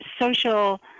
social